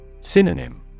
Synonym